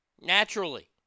naturally